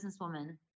businesswoman